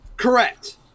Correct